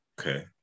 okay